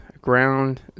Ground